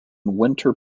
winter